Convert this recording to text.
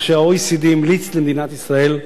זה גם מה שה-OECD המליץ למדינת ישראל,